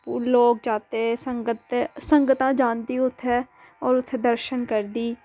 लोक जाते संगत ते संगता जांदी उ'त्थें होर उ'त्थें दर्शन करदी